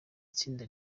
tsinda